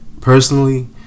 Personally